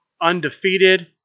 undefeated